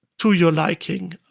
to your liking.